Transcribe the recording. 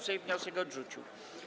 Sejm wniosek odrzucił.